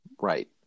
right